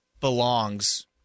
belongs